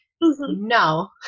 No